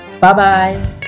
Bye-bye